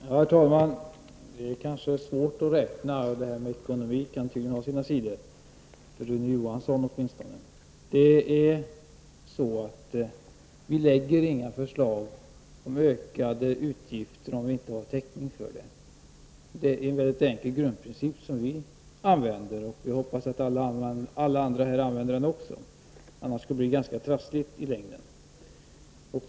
Herr talman! Det kanske är svårt att räkna. Det här med ekonomi kan tydligen ha sina sidor, åtminstone för Rune Johansson. Vi lägger inte fram förslag om ökade utgifter om vi inte har täckning för dem. Det är en enkel grundprincip vi följer, och jag hoppas alla andra följer den också, annars blir det trassligt i längden.